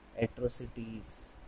Atrocities